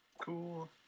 Cool